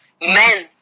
Men